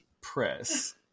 press